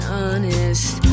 honest